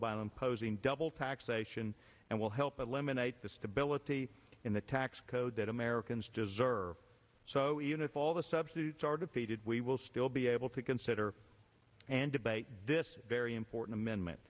imposing double taxation and will help eliminate the stability in the tax code that americans deserve so even if all the substitutes are defeated we will still be able to consider and debate this very important amendment